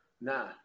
Nah